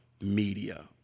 media